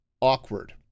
awkward